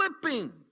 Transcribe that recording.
flipping